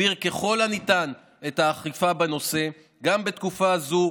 להגביר ככל הניתן את האכיפה בנושא גם בתקופה הזאת,